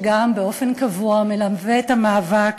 וגם באופן קבוע מלווה את המאבק